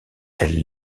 elle